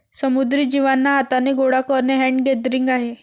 समुद्री जीवांना हाथाने गोडा करणे हैंड गैदरिंग आहे